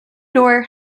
door